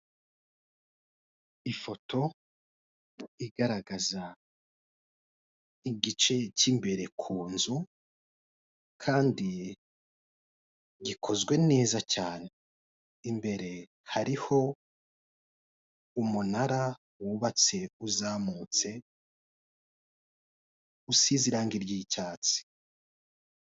Ifoto igaragaza igice cy'imbere kunzu Kandi gikozwe neza cyane imbere. Hariho umunara wubutse uzamutse usize iragi ry'icyatsi.